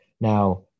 Now